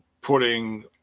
putting